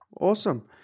Awesome